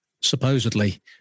supposedly